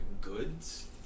goods